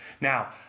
now